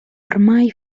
ormai